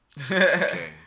Okay